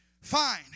Fine